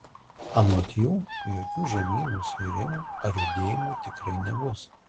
anot jų jokių žemynų suirimų ar judėjimų tikrai nebus